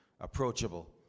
approachable